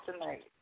tonight